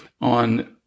on